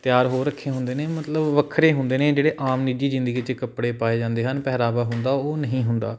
ਤਿਆਰ ਹੋ ਰੱਖੇ ਹੁੰਦੇ ਨੇ ਮਤਲਬ ਵੱਖਰੇ ਹੁੰਦੇ ਨੇ ਜਿਹੜੇ ਆਮ ਨਿੱਜੀ ਜ਼ਿੰਦਗੀ 'ਚ ਕੱਪੜੇ ਪਾਏ ਜਾਂਦੇ ਹਨ ਪਹਿਰਾਵਾ ਹੁੰਦਾ ਉਹ ਨਹੀਂ ਹੁੰਦਾ